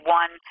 one